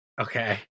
Okay